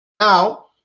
now